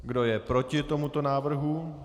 Kdo je proti tomuto návrhu?